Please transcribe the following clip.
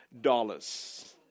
dollars